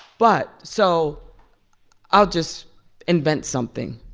but so i'll just invent something.